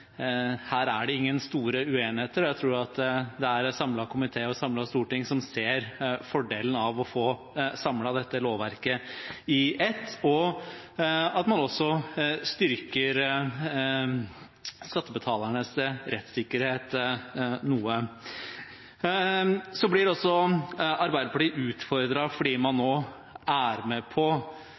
store uenigheter her, og jeg tror at det er en samlet komité og et samlet storting som ser fordelen av å få samlet dette lovverket under ett og at man også styrker skattebetalernes rettssikkerhet noe. Så blir Arbeiderpartiet utfordret fordi man nå er med på